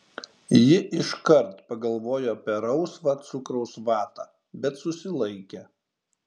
ji iškart pagalvojo apie rausvą cukraus vatą bet susilaikė